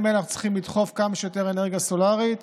האלה אנחנו צריכים לדחוף כמה שיותר לאנרגיה סולרית.